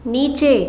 नीचे